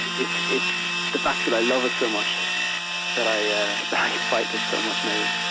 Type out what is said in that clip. it's it's the fact that i love it so much that i yeah i fight it so much, maybe